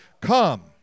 Come